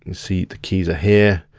and see the keys are here,